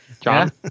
John